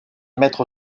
mettre